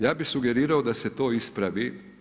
Ja bih sugerirao da se to ispravi.